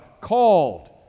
called